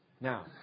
Now